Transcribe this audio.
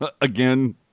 again